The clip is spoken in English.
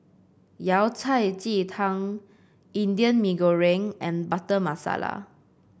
Yao Cai Ji Tang Indian Mee Goreng and Butter Masala